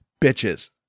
bitches